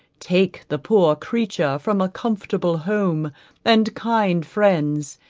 take the poor creature from a comfortable home and kind friends,